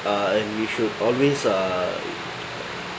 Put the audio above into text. uh and we should always err